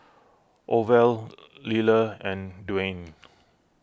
Orvel Liller and Dwaine